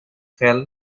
fell